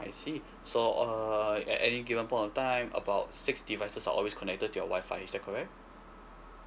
I see so uh at any given point of time about six devices are always connected your wi-fi is that correct